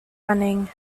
running